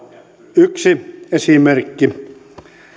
yksi esimerkki